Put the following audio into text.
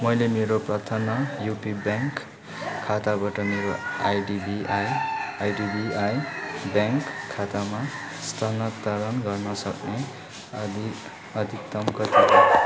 मैले मेरो प्रथना युपी ब्याङ्क खाताबाट मेरो आइडिबिआई आइडिबिआई ब्याङ्क खातामा स्थानान्तरण गर्न सक्ने अधिक अधिकतम कति हो